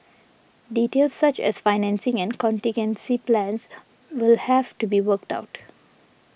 details such as financing and contingency plans will have to be worked out